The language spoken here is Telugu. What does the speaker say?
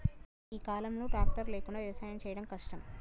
ఈ కాలం లో ట్రాక్టర్ లేకుండా వ్యవసాయం చేయడం కష్టం